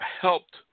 helped